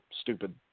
stupid